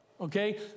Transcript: okay